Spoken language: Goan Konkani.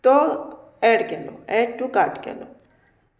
तो एड केलो एड टू कार्ट केलो